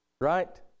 right